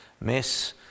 miss